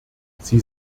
sie